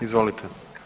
Izvolite.